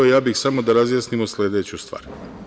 Ja bih samo da razjasnimo sludeću stvar.